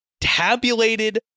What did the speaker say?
tabulated